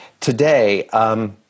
Today